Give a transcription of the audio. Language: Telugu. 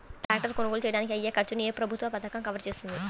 ట్రాక్టర్ కొనుగోలు చేయడానికి అయ్యే ఖర్చును ఏ ప్రభుత్వ పథకం కవర్ చేస్తుంది?